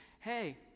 Hey